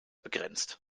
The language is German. begrenzt